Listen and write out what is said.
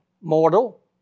Mortal